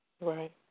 Right